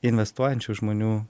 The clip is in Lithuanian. investuojančių žmonių